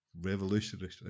Revolutionary